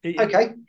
Okay